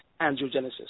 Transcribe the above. angiogenesis